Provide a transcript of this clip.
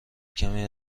کمی